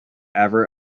ever